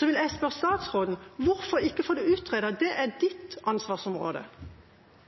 vil jeg spørre statsråden: Hvorfor ikke få det utredet? Det er hans ansvarsområde.